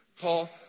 paul